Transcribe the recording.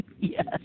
Yes